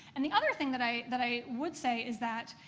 and the other thing that i that i would say is that,